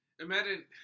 Imagine